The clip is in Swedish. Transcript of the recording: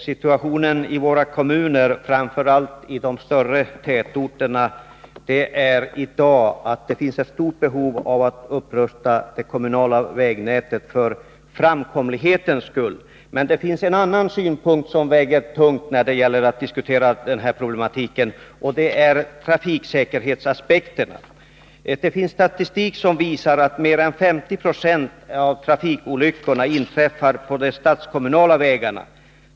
Herr talman! I våra kommuner, framför allt i de större tätorterna, finns det i dag med tanke på framkomligheten ett stort behov av en upprustning av det kommunala vägnätet. Det finns också en annan synpunkt som väger tungt när det gäller den här problematiken, nämligen trafiksäkerheten. Statistik visar att mer än 50 20 av trafikolyckorna inträffar på de statskommunala vägarna.